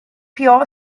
pure